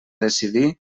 decidir